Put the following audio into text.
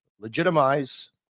legitimize